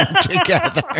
together